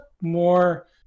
more